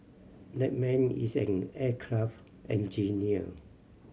that man is an aircraft engineer